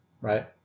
right